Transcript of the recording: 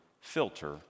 filter